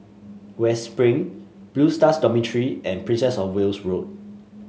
West Spring Blue Stars Dormitory and Princess Of Wales Road